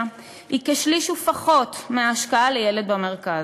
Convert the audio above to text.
היא כשליש ופחות מההשקעה לילד במרכז.